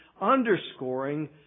underscoring